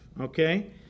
okay